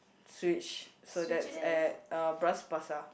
Switch so that's at uh Bras-Basah